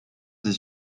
des